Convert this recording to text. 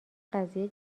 قضیه